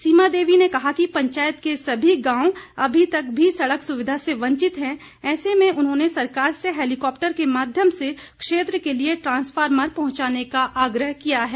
सीमा देवी ने कहा कि पंचायत के सभी गांव अभी तक भी सड़क सुविधा से वंचित है ऐसे में उन्होंने सरकार से हैलिकॉप्टर के माध्यम से क्षेत्र के लिए ट्रांसफॉमर्र पहुंचाने का आग्रह किया है